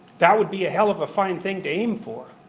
that would be a hell of a fine thing to aim for.